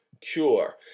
cure